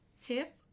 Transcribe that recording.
tip